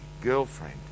girlfriend